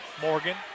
Morgan